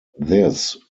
this